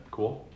Cool